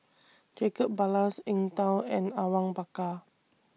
Jacob Ballas Eng Tow and Awang Bakar